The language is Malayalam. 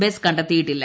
ബസ്സ് കണ്ടെത്തിയിട്ടില്ല